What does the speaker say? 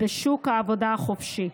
בשוק העבודה החופשי.